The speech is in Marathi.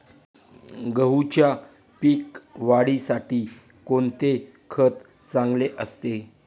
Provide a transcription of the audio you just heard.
गहूच्या पीक वाढीसाठी कोणते खत चांगले असते?